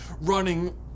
running